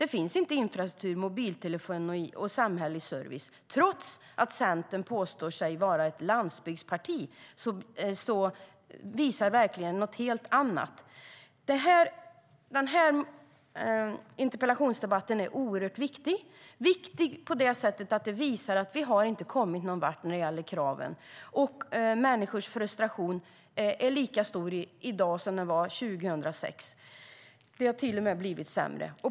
Det finns inte infrastruktur, mobiltelefoni och samhällelig service. Trots att Centern påstår sig vara ett landsbygdsparti visar verkligheten något helt annat. Den här interpellationsdebatten är oerhört viktig. Den är viktig på det sättet att den visar att vi inte har kommit någon vart när det gäller kraven. Människors frustration är lika stor i dag som den var 2006. Det har till och med blivit sämre.